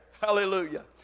Hallelujah